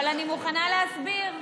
אבל אני מוכנה להסביר.